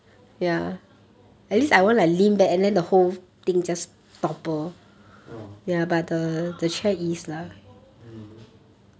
that's true ah mmhmm